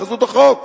בחסות החוק.